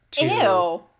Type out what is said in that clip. Ew